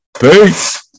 Peace